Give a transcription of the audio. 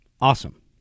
Awesome